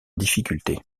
difficultés